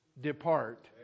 depart